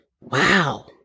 Wow